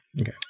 okay